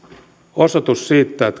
osoitus siitä